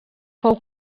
fou